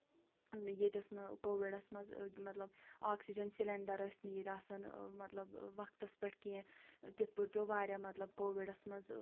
نہَ ییٚتہِ اوس نہٕ کووِڈَس منٛز مطلب آکسیٖجن سِلینٛڈر ٲسۍ نہٕ ییٚتہِ آسان مطلب وقتس پٮ۪ٹھ کیٚنٛہہ تِتھٕ پٲٹھۍ پٮ۪وو واریاہ مطلب کووِڈَس منٛز